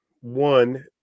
one